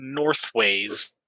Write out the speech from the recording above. northways